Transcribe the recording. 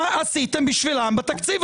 אם זה נוח לכם.